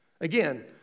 Again